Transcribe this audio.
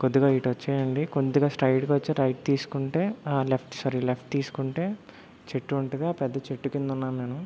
కొద్దిగా ఇటొచ్చేయండి కొద్దిగా స్ట్రైట్గా వచ్చి రైట్ తీసుకుంటే లెఫ్ట్ సారీ లెఫ్ట్ తీసుకుంటే చెట్టు ఉంటుంది ఆ పెద్ద చెట్టు కిందున్నాను నేను